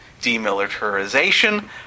demilitarization